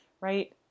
right